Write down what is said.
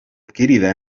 adquirida